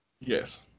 Yes